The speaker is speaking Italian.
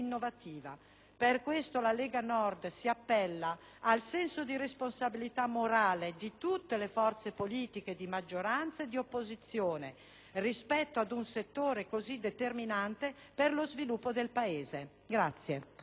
Per questo la Lega Nord si appella al senso di responsabilità morale di tutte le forze politiche, di maggioranza e di opposizione, rispetto ad un settore così determinante per lo sviluppo del Paese. *(Applausi